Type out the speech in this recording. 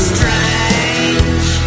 Strange